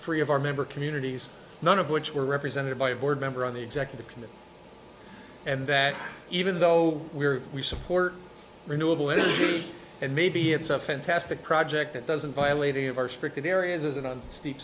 three of our member communities none of which were represented by a board member on the executive committee and that even though we are we support renewable energy and maybe it's a fantastic project it doesn't violate any of our stricken areas and on